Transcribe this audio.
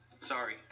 sorry